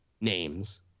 names